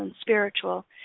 spiritual